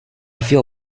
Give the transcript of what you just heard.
feel